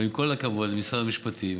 אבל עם כל הכבוד למשרד המשפטים,